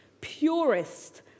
purest